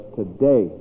today